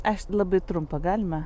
aš labai trumpą galima